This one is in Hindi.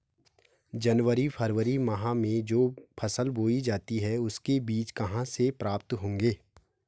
जनवरी फरवरी माह में जो फसल बोई जाती है उसके बीज कहाँ से प्राप्त होंगे?